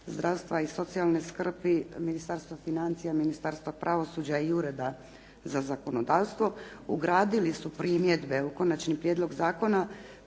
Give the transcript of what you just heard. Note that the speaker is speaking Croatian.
zdravstva i socijalne skrbi, Ministarstva financija, Ministarstva pravosuđa i Ureda za zakonodavstvo ugradili su primjedbe u konačni prijedlog zakona